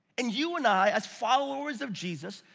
and you and i, as followers of jesus,